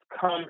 come